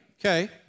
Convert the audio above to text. Okay